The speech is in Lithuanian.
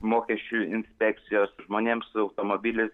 mokesčių inspekcijos žmonėms automobilis